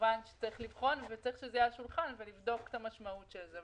כמובן שצריך לבחון וצריך שזה יהיה על השולחן ולבדוק את המשמעות של זה.